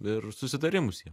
ir susitarimus jiem